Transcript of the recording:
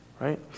Right